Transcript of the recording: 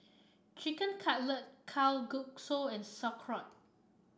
Chicken Cutlet Kalguksu and Sauerkraut